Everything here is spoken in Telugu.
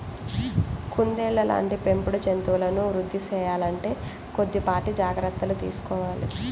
కుందేళ్ళ లాంటి పెంపుడు జంతువులను వృద్ధి సేయాలంటే కొద్దిపాటి జాగర్తలు తీసుకోవాలి